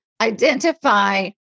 identify